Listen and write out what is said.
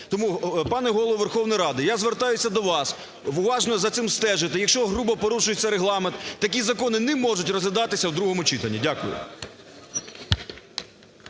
Тому, пане Голово Верховної Ради, я звертаюсь до вас, уважно за цим стежити, якщо грубо порушується Регламент, такі закони не можуть розглядатися в другому читанні. Дякую.